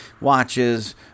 watches